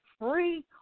free